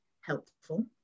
helpful